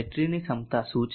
બેટરીની ક્ષમતા શું છે